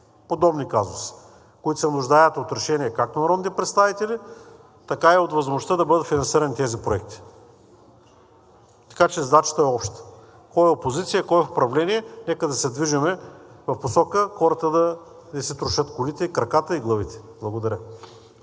подобни казуси, които се нуждаят от решения както на народните представители, така и от възможността да бъдат финансирани тези проекти. Задачата е обща. Кой е опозиция, кой е в управление, нека да се движим в посока хората да не си трошат колите, краката и главите. Благодаря.